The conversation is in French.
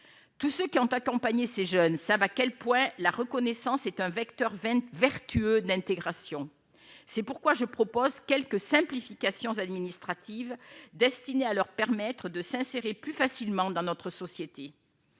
tous ceux qui ont accompagné ces jeunes savent à quel point la reconnaissance est un vecteur 20 vertueux d'intégration, c'est pourquoi je propose quelques simplifications administratives destinées à leur permettre de s'insérer plus facilement dans notre société